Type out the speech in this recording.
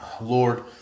Lord